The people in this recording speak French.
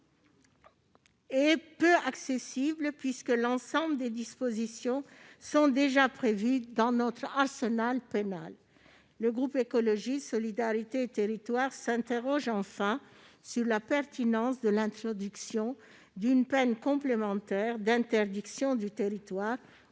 et peu accessible, puisque l'ensemble des dispositions sont déjà prévues dans notre arsenal pénal. Par ailleurs, le groupe Écologiste - Solidarité et Territoires s'interroge sur la pertinence de l'introduction d'une peine complémentaire d'interdiction du territoire